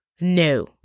No